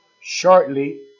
shortly